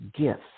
gifts